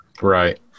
right